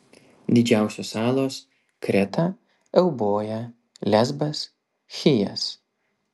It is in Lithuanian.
didžiausios salos kreta euboja lesbas chijas